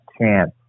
chance